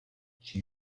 she